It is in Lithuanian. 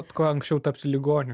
kuo anksčiau tapti ligoniu